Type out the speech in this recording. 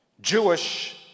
Jewish